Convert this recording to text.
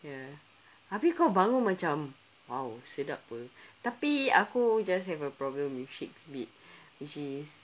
ya tapi kau bangun macam !wow! sedap lah tapi aku just have a problem with syed's bed which is